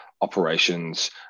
operations